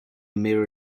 mirror